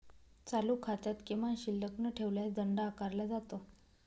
चालू खात्यात किमान शिल्लक न ठेवल्यास दंड आकारला जातो